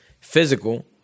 physical